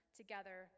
together